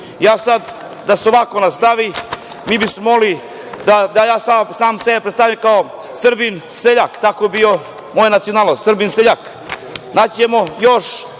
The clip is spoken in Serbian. Ja sada da se ovako nastavi, mi bi smo mogli da ja sam sebe predstavljam kao Srbin seljak, takva bi bila moja nacionalnost, Srbin seljak. Naći ćemo još